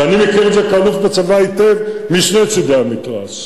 ואני מכיר את זה היטב כאלוף בצבא, משני צדי המתרס,